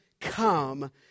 come